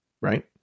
right